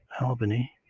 Albany